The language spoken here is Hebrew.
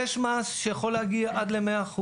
כי יש מס שיכול להגיע עד ל-100%,